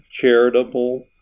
Charitable